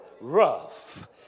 rough